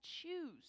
choose